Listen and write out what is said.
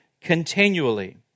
continually